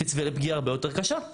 תצפה לפגיעה הרבה יותר קשה.